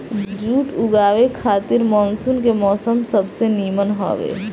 जुट उगावे खातिर मानसून के मौसम सबसे निमन हवे